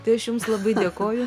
tai aš jums labai dėkoju